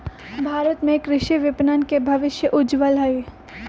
भारत में कृषि विपणन के भविष्य उज्ज्वल हई